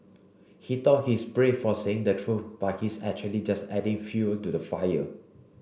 he thought he's brave for saying the truth but he's actually just adding fuel to the fire